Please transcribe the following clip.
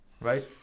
Right